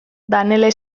danele